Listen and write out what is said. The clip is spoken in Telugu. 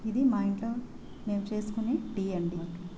ఇది మా ఇంట్లో మేము చేసుకొనే టీ అండి